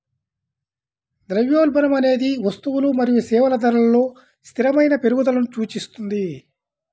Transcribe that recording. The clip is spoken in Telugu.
ద్రవ్యోల్బణం అనేది వస్తువులు మరియు సేవల ధరలలో స్థిరమైన పెరుగుదలను సూచిస్తుంది